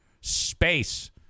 space